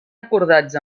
acordats